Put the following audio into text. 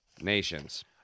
nations